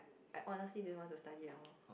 I honestly didn't want to study at all